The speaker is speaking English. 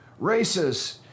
racists